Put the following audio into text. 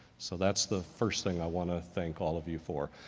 so that's the first thing i want to thank all of you for.